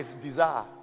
desire